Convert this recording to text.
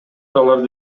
аларды